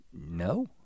no